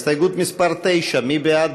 הסתייגות מס' 9, מי בעד?